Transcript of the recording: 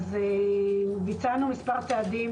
ביצענו מספר צעדים.